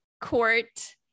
court